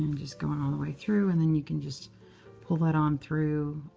um just going all the way through, and then you can just pull that on through.